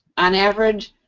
on average,